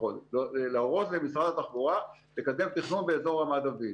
להראות למשרד התחבורה ולקדם תכנון באזור רמת דוד.